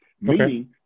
Meaning